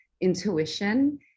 intuition